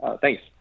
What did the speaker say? Thanks